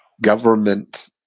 government